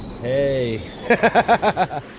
Hey